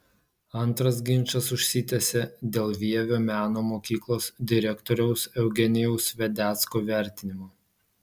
antras ginčas užsitęsė dėl vievio meno mokyklos direktoriaus eugenijaus vedecko vertinimo